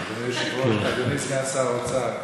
אדוני סגן שר האוצר,